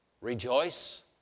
rejoice